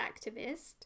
activist